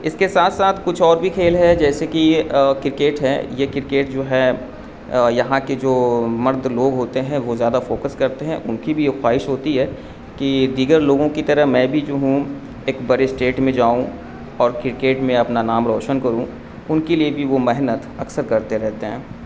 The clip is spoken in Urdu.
اس کے ساتھ ساتھ کچھ اور بھی کھیل ہے جیسے کہ کرکٹ ہے یہ کرکٹ جو ہے یہاں کے جو مرد لوگ ہوتے ہیں وہ زیادہ فوکس کرتے ہیں ان کی بھی یہ خواہش ہوتی ہے کہ دیگر لوگوں کی طرح میں بھی جو ہوں ایک بڑے اسٹیٹ میں جاؤں اور کرکٹ میں اپنا نام روشن کروں ان کے لیے بھی وہ محنت اکثر کرتے رہتے ہیں